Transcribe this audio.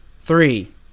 Three